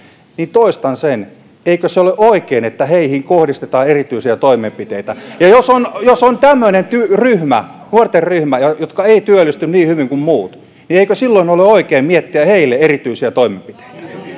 toistan eikö se ole oikein että heihin kohdistetaan erityisiä toimenpiteitä jos on jos on tämmöinen ryhmä nuorten ryhmä joka ei työllisty niin hyvin kuin muut niin eikö silloin ole oikein miettiä heille erityisiä toimenpiteitä